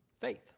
faith